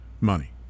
money